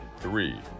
Three